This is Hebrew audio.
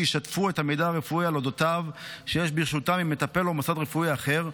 ישתפו את המידע הרפואי על אודותיו שיש ברשותם עם מטפל או מוסד רפואי אחר,